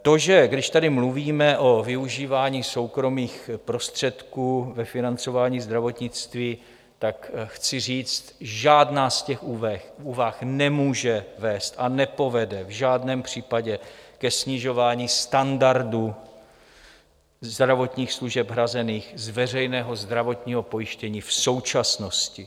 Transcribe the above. To, že když tady mluvíme o využívání soukromých prostředků ve financování zdravotnictví, tak chci říct: žádná z těch úvah nemůže vést a nepovede v žádném případě ke snižování standardu zdravotních služeb hrazených z veřejného zdravotního pojištění v současnosti.